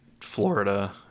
Florida